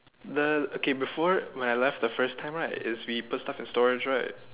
the okay before my last the first time right is we put stuff in storage right